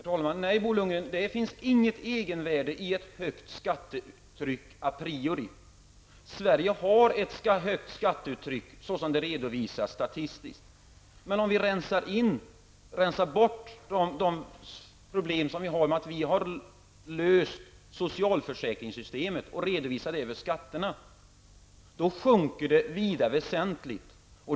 Herr talman! Nej, Bo Lundgren, det finns inget egenvärde i ett högt skattetryck a priori. Sverige har ett högt skattetryck, såsom det redovisas statistiskt. Men om vi rensar bort effekterna av det faktum att vi har löst en del problem genom socialförsäkringssystemet och redovisar det över skatterna, sjunker siffrorna betydligt.